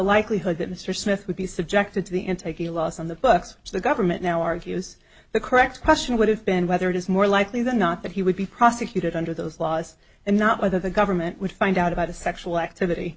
likelihood that mr smith would be subjected to the and taking a loss on the books so the government now argues the correct question would have been whether it is more likely than not that he would be prosecuted under those laws and not whether the government would find out about the sexual activity